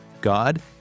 God